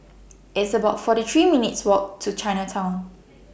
It's about forty three minutes' Walk to Chinatown